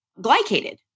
glycated